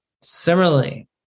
Similarly